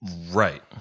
Right